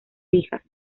hijas